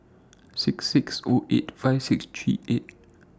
six six O eight five six three eight